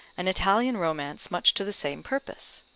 an italian romance much to the same purpose?